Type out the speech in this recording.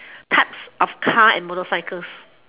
types of car and motorcycles